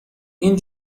این